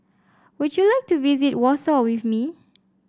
would you like to visit Warsaw with me